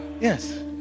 Yes